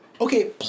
okay